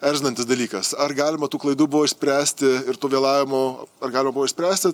erzinantis dalykas ar galima tų klaidų buvo išspręsti ir tų vėlavimų ar galima buvo išspręsti